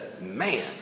Man